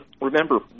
remember